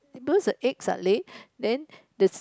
because the eggs are lay then the